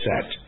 set